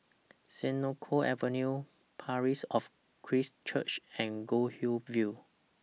Senoko Avenue Parish of Christ Church and Goldhill View